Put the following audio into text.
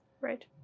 Right